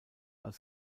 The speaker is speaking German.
als